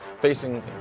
facing